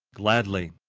gladly.